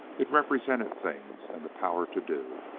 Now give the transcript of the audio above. it represented things and the power to do.